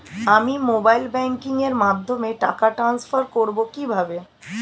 আমি mobile banking এর মাধ্যমে টাকা টান্সফার করব কিভাবে?